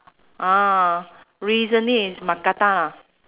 ah recently is mookata ah